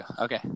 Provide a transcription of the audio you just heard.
okay